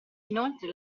inoltre